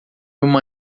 uma